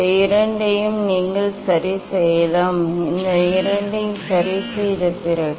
இந்த இரண்டையும் நீங்கள் சரிசெய்யலாம் இந்த இரண்டையும் நாங்கள் சரிசெய்ய வேண்டும்